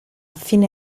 fine